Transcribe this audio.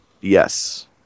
yes